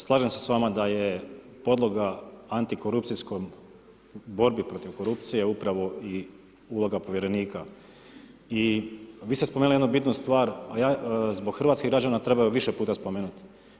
Slažem se s vama da je podloga antikorupcijskom, borbi protiv korupcije upravo i uloga povjerenika i vi ste spomenuli jednu bitnu stvar, a ja zbog hrvatskih građana treba ju više puta spomenut.